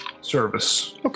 service